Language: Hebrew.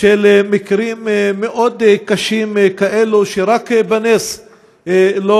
של מקרים מאוד קשים כאלה, שרק בנס לא,